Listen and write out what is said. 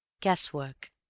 Guesswork